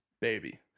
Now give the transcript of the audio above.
baby